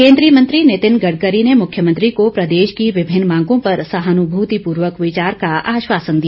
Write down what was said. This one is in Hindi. केंद्रीय मंत्री नितिन गडकरी ने मुख्यमंत्री को प्रदेश की विभिन्न मांगों पर सहानुभूतिपूर्वक विचार का आश्वासन दिया